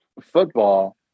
football